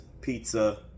pizza